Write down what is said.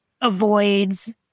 avoids